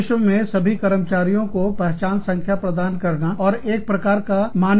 विश्व में सभी कर्मचारियों को पहचान संख्या प्रदान करना और एक प्रकार का मानकीकरण करना